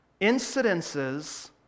incidences